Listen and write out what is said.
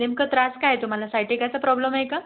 नेमकं त्रास काय आहे तुम्हाला सायटिकाचा प्रॉब्लम आहे का